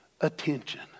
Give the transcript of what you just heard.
attention